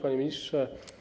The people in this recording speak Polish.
Panie Ministrze!